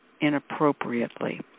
inappropriately